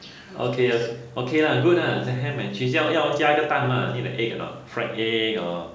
okay ah okay lah good lah 这样 ham and cheese 要要加一个蛋吗 need an egg or not fried egg or